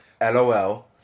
LOL